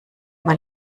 man